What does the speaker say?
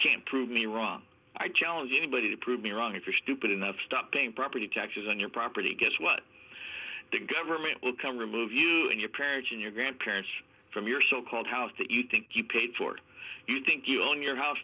can prove me wrong i challenge anybody to prove me wrong if you're stupid enough stop paying property taxes on your property guess what the government will come remove you and your parents and your grandparents from your so called house that you think you paid for you think you own your house